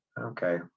okay